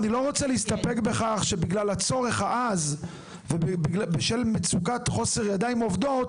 אני לא רוצה להסתפק בכך שבגלל הצורך העז ובשל מצוקת חוסר ידיים עובדות,